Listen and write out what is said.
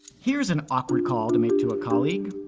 here's an awkward call to make to a colleague.